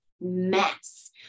mess